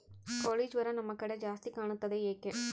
ಕೋಳಿ ಜ್ವರ ನಮ್ಮ ಕಡೆ ಜಾಸ್ತಿ ಕಾಣುತ್ತದೆ ಏಕೆ?